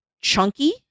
chunky